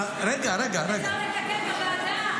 אפשר לתקן בוועדה.